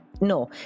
No